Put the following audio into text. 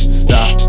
stop